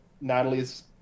Natalie's